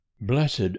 blessed